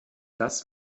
das